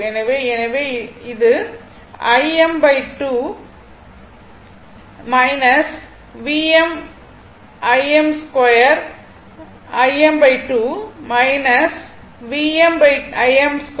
எனவே இது Im 2 Vm Im2 Vm Im2 cos 2 ω t